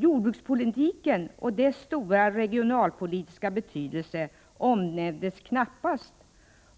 Jordbrukspolitiken och dess stora regionalpolitiska betydelse omnämndes knappast,